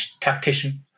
tactician